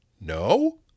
no